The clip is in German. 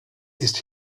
ist